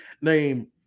name